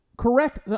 Correct